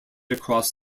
across